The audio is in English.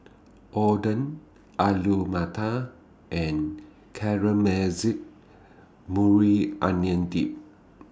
Oden Alu Matar and Caramelized Maui Onion Dip